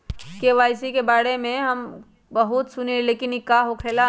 KYC के बारे में हम बहुत सुनीले लेकिन इ का होखेला?